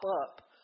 up